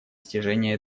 достижения